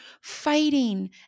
fighting